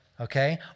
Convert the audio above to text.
okay